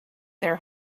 their